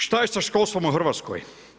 Šta je sa školstvom u Hrvatskoj?